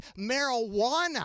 Marijuana